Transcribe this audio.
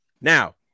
Now